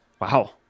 Wow